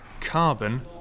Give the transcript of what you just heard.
Carbon